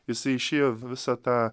jisai išėjo visą tą